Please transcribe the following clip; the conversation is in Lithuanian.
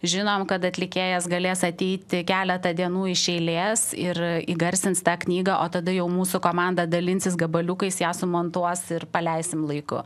žinom kad atlikėjas galės ateiti keletą dienų iš eilės ir įgarsins tą knygą o tada jau mūsų komanda dalinsis gabaliukais ją sumontuos ir paleisim laiku